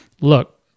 Look